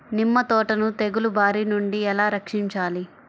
నిమ్మ తోటను తెగులు బారి నుండి ఎలా రక్షించాలి?